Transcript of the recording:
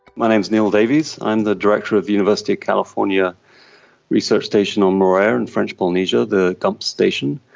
my name is neil davies, i'm the director of the university of california research station on moorea in french polynesia, the gump station.